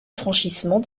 franchissement